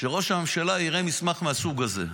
שראש הממשלה יראה מסמך מהסוג הזה.